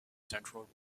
central